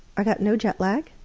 ah got no jet lag.